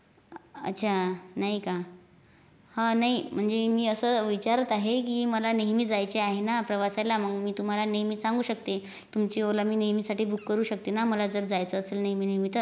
अच्छा नाही का हा नाही मी म्हणजे मी असं विचारत आहे की मला नेहमी जायचे आहे ना प्रवासाला मग मी तुम्हाला नेहमी सांगू शकते तुमची ओला मी नेहमीसाठी बुक करू शकते ना मला जर जायचं असेल नेहमी नेहमी तर